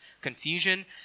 confusion